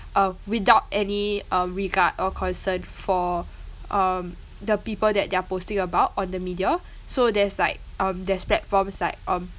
um without any uh regard or concern for um the people that they are posting about on the media so there's like um there's platforms like um